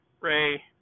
Ray